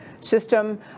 system